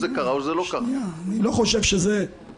כי אז לא היה --- זה שוב חוזר לטענה שנשמעה קודם